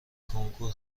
کنکور